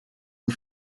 and